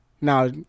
Now